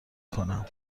کنم